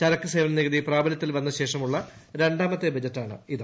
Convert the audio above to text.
ചരക്കു സേവന നികുതി പ്രാബലൃത്തിൽ വന്ന ശേഷമുളള രണ്ടാമത്തെ ബജറ്റാണ് ഇത്